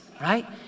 right